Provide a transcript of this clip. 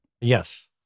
Yes